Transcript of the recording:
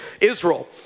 Israel